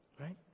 right